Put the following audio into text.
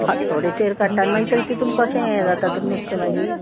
फांतोडीचेर काडटा आनी मागीर ते तितून कशें हें जाता तर नुस्तें मागीर